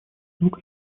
звук